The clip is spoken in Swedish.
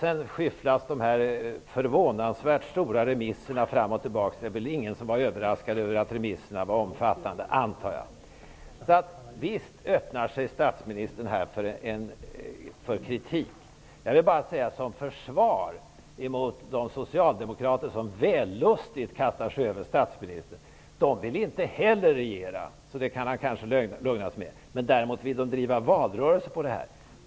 Sedan skyfflas de här förvånansvärt stora remisserna fram och tillbaka. Men det var väl ingen som var överraskad över att remisserna var omfattande. Visst öppnar sig statsministern här för kritik. Jag vill bara säga som försvar mot de socialdemokrater som vällustigt kastar sig över statsministern: Inte heller de vill regera. Det kan statsministern kanske lugna sig med. Däremot vill de driva valrörelse utifrån det här.